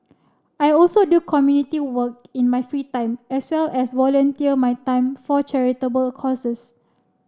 I also do community work in my free time as well as volunteer my time for charitable causes